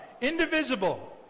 indivisible